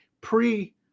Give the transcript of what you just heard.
pre-